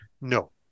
no